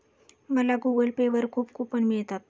मला Google Pay वर खूप कूपन मिळतात